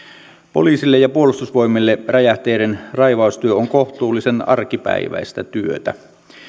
poliisille ja puolustusvoimille räjähteiden raivaustyö on kohtuullisen arkipäiväistä työtä